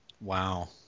Wow